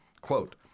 Quote